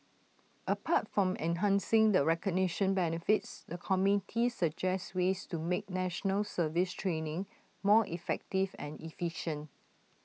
apart from enhancing the recognition benefits the committee suggested ways to make National Service training more effective and efficient